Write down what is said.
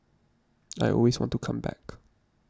I always want to come back